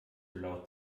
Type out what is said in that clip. laut